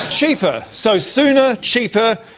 cheaper. so sooner, cheaper,